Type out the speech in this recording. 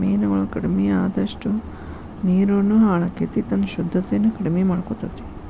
ಮೇನುಗಳು ಕಡಮಿ ಅಅದಷ್ಟ ನೇರುನು ಹಾಳಕ್ಕತಿ ತನ್ನ ಶುದ್ದತೆನ ಕಡಮಿ ಮಾಡಕೊತತಿ